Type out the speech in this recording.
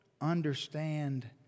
understand